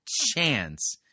chance